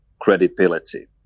credibility